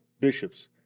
Bishops